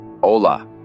Hola